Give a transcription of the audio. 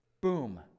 Boom